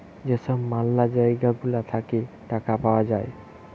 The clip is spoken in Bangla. যেই সব ম্যালা জায়গা গুলা থাকে টাকা পাওয়া যায়